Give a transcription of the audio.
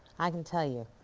i can tell you.